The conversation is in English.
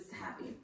happy